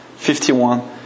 51